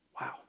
Wow